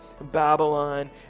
babylon